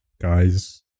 guys